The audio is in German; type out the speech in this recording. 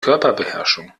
körperbeherrschung